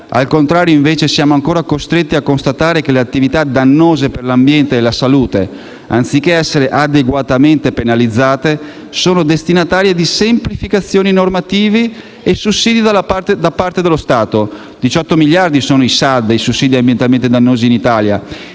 Al contrario, siamo invece costretti a constatare che le attività dannose per l'ambiente e la salute, anziché essere adeguatamente penalizzate, sono destinatarie di semplificazioni normative e sussidi da parte dello Stato: sono pari a 18 miliardi di euro i SAD (sussidi ambientalmente dannosi) in Italia